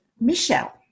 Michelle